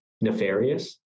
nefarious